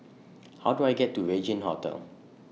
How Do I get to Regin Hotel